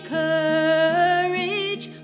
courage